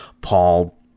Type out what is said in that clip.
Paul